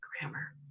grammar